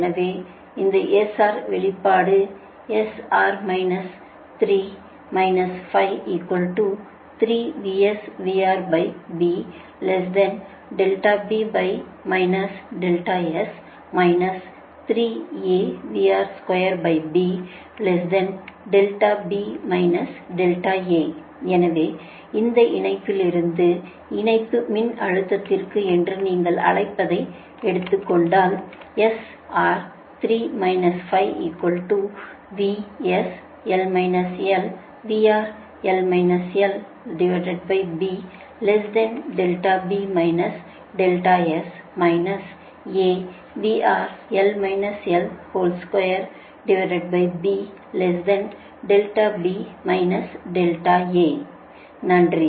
எனவே இந்த வெளிப்பாடு எனவே இந்த இணைப்பிலிருந்து இணைப்பு மின்னழுத்தத்திற்கு என்று நீங்கள் அழைப்பதை எடுத்துச் கொண்டாள் நன்றி